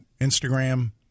Instagram